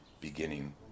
beginning